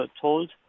told